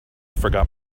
forgot